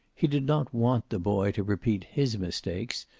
he did not want the boy to repeat his mistakes,